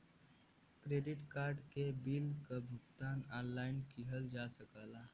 credit card के bill क भुगतान ऑनलाइन किहल जा सकला